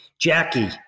Jackie